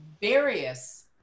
various